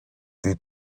the